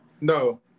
no